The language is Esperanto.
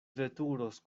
veturos